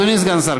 אדוני סגן השר,